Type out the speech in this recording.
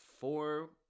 four